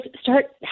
start